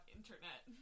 internet